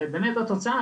ובאמת התוצאה,